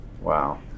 Wow